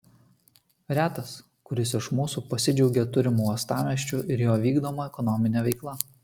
retas kuris iš mūsų pasidžiaugia turimu uostamiesčiu ir jo vykdoma ekonomine veikla